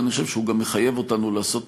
אלא אני חושב שהוא גם מחייב אותנו לעשות